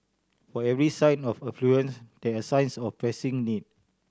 for every sign of affluence there are signs of pressing need